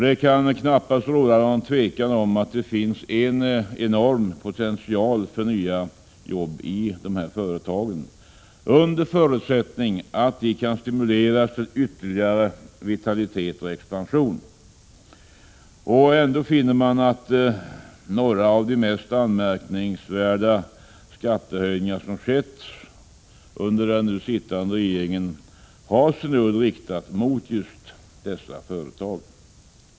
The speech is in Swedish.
Det kan knappast råda något tvivel om att det finns en enorm potential för nya jobb i dessa företag, under förutsättning att de kan stimuleras till ytterligare vitalitet och expansion. Ändå finner man att några av de mest anmärkningsvärda skattehöjningar som skett under den nu sittande regeringen har sin udd riktad mot just dessa företag.